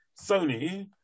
sony